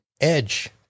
Edge